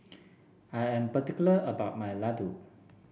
I am particular about my Laddu